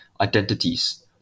identities